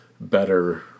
better